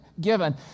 given